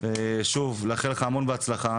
לאחל לך המון בהצלחה,